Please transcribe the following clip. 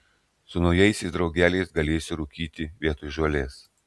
su naujaisiais draugeliais galėsi rūkyti vietoj žolės